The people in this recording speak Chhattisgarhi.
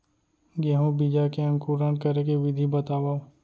गेहूँ बीजा के अंकुरण करे के विधि बतावव?